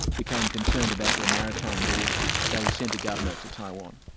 became concerned about their maritime borders, they sent a governor to taiwan.